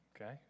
Okay